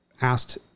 asked